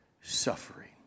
suffering